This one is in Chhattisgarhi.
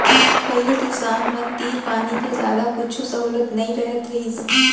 पहिली किसान मन तीर पानी के जादा कुछु सहोलत नइ रहत रहिस